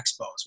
Expos